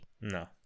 No